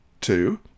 Two